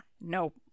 Nope